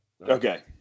Okay